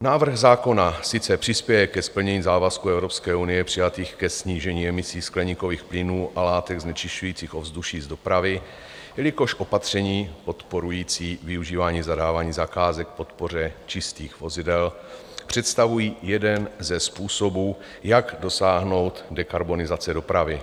Návrh zákona sice přispěje ke splnění závazků Evropské unie přijatých ke snížení emisí skleníkových plynů a látek znečišťujících ovzduší z dopravy, jelikož opatření podporující využívání zadávání zakázek k podpoře čistých vozidel představují jeden ze způsobů, jak dosáhnout dekarbonizace dopravy.